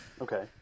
Okay